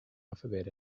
alphabet